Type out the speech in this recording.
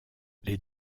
les